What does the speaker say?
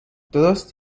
درست